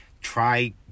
try